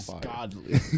Godly